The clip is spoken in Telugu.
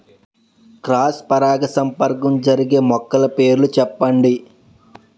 క్రాస్ పరాగసంపర్కం జరిగే మొక్కల పేర్లు చెప్పండి?